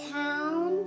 town